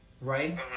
right